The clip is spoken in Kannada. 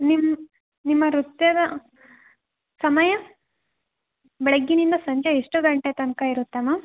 ನಿಮ್ಮ ನಿಮ್ಮ ನೃತ್ಯದ ಸಮಯ ಬೆಳಗ್ಗೆಯಿಂದ ಸಂಜೆ ಎಷ್ಟು ಗಂಟೆ ತನಕ ಇರುತ್ತೆ ಮ್ಯಾಮ್